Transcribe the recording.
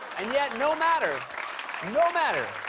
and yet no matter no matter